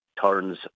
turns